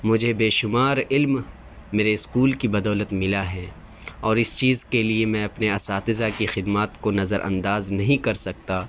مجھے بےشمار علم میرے اسکول کی بدولت ملا ہے اور اس چیز کے لیے میں اپنے اساتذہ کی خدمات کو نظرانداز نہیں کر سکتا